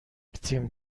تیم